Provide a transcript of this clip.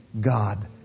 God